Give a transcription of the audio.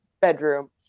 bedroom